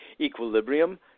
equilibrium